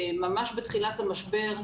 ממש בתחילת המשבר,